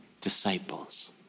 disciples